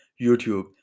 YouTube